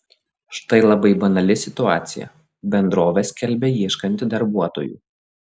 štai labai banali situacija bendrovė skelbia ieškanti darbuotojų